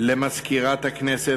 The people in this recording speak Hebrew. למזכירת הכנסת,